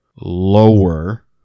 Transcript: lower